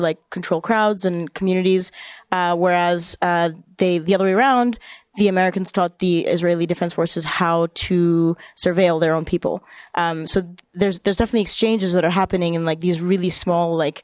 like control crowds and communities whereas they the other way around the americans taught the israeli different sources how to surveil their own people so there's there's definitely exchanges that are happening and like these really small like